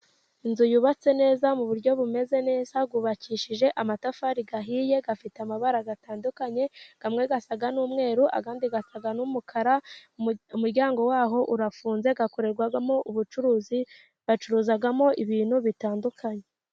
Inzu yubatse neza mu buryo bumeze neza, yubakishije amatafari ahiye afite amabara atandukanye amwe asa n'umweru andi asa n'umukara. Umuryango waho urafunze, hakorerwamo ubucuruzi, bacuruzagamo ibintu bitandukanye.